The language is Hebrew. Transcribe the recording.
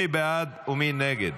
מי בעד ומי נגד?